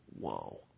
Whoa